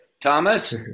Thomas